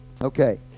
okay